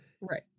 Right